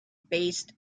based